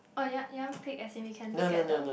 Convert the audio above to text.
oh you want you want pick as in we can look at the